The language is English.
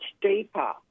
deeper